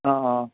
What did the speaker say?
অঁ অঁ